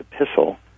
epistle